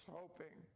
hoping